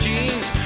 Jeans